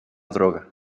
droga